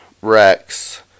Rex